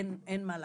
אין מה לעשות,